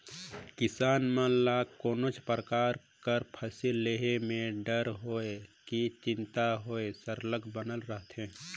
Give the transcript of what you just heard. किसान मन ल कोनोच परकार कर फसिल लेहे में डर होए कि चिंता होए सरलग बनले रहथे